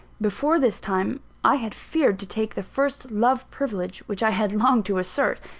before this time, i had feared to take the first love-privilege which i had longed to assert,